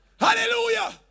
Hallelujah